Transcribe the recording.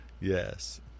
yes